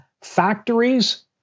factories